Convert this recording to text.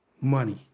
Money